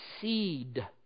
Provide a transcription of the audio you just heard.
seed